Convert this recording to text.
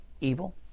evil